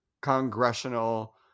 congressional